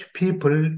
people